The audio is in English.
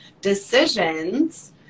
decisions